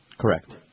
Correct